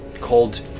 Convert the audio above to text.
called